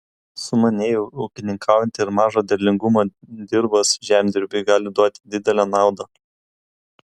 sumaniai ūkininkaujant ir mažo derlingumo dirvos žemdirbiui gali duoti didelę naudą